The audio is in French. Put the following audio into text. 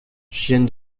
chienne